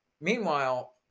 meanwhile